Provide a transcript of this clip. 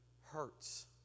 hurts